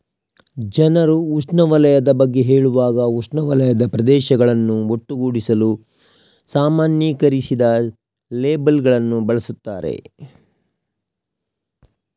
ಜನರು ಉಷ್ಣವಲಯದ ಬಗ್ಗೆ ಹೇಳುವಾಗ ಉಷ್ಣವಲಯದ ಪ್ರದೇಶಗಳನ್ನು ಒಟ್ಟುಗೂಡಿಸಲು ಸಾಮಾನ್ಯೀಕರಿಸಿದ ಲೇಬಲ್ ಗಳನ್ನು ಬಳಸುತ್ತಾರೆ